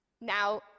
Now